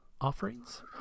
Offerings